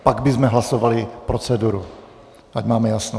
Pak bychom hlasovali o proceduře, ať máme jasno.